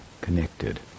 connected